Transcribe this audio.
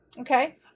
Okay